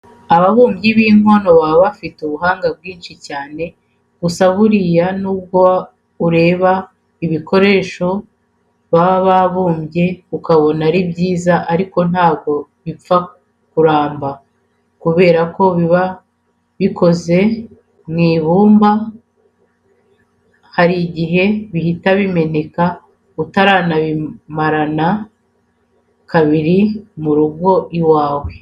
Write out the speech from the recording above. Ababumbyi b'inkono baba bafite ubuhanga bwinshi cyane. Gusa buriya nubwo ureba ibikoresho baba babumbye ukabona ni byiza ariko ntabwo bipfa kuramba kubera ko biba bikoze mu ibumba hari igihe bihita bimeneka utaranabimarana kabiri mu rugo iwawe.